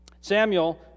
Samuel